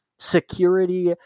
security